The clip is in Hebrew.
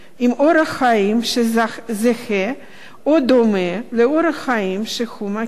עם אורח חיים שזהה או דומה לאורח החיים שהוא מכיר,